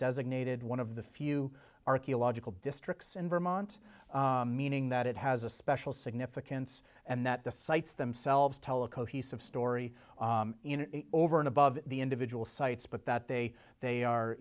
designated one of the few archaeological districts in vermont meaning that it has a special significance and that the sites themselves tell a cohesive story over and above the individual sites but that they they